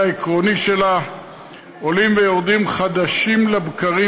העקרוני שלה עולים ויורדים חדשים לבקרים,